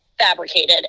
Fabricated